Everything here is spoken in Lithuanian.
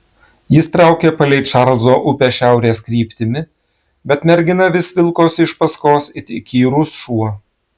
jis traukė palei čarlzo upę šiaurės kryptimi bet mergina vis vilkosi iš paskos it įkyrus šuo